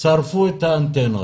שרפו את האנטנות.